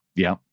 yeah.